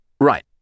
Right